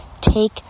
take